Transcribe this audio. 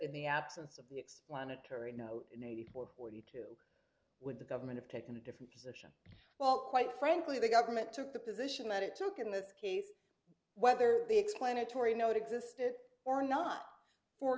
in the absence of the explanatory note in eighty four forty eight would the government of taken a different position well quite frankly the government took the position that it took in this case whether the explanatory know it existed or not for